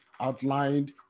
outlined